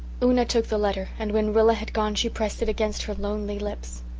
una took the letter and when rilla had gone she pressed it against her lonely lips.